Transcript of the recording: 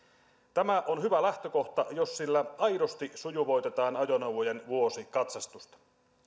tämä on hyvä lähtökohta jos sillä aidosti sujuvoitetaan ajoneuvojen vuosikatsastusta